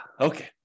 Okay